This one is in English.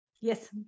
Yes